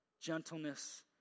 gentleness